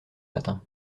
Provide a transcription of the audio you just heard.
matin